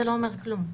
זה לא אומר כלום.